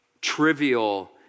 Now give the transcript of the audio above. trivial